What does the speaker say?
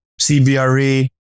CBRE